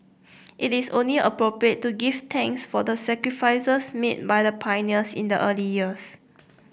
it is only appropriate to give thanks for the sacrifices made by the pioneers in the early years